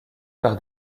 par